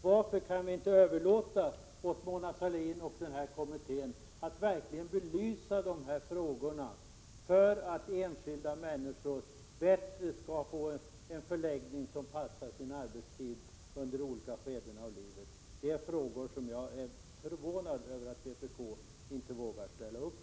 Varför kan ni inte överlåta åt Mona Sahlin och kommittén att belysa de här frågorna, för att enskilda människor skall få en förläggning av sin arbetstid under olika skeden av livet som passar dem bättre? Jag är förvånad över att vpk inte vågar ställa upp.